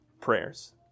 prayers